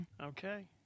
Okay